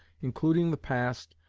including the past,